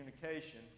communication